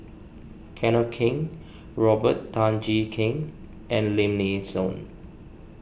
Kenneth Keng Robert Tan Jee Keng and Lim Nee Soon